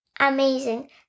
amazing